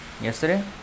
yesterday